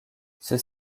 ceux